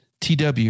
TW